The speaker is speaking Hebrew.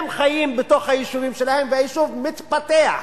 הם חיים בתוך היישובים שלהם והיישוב מתפתח.